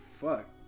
fuck